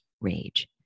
rage